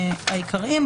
העיקרים.